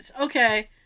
okay